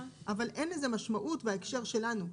אבל אין לזה משמעות בהקשר שלנו,